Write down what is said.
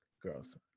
girls